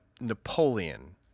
napoleon